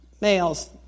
males